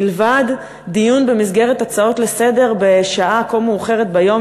מלבד במסגרת הצעות לסדר-היום בשעה כה מאוחרת ביום,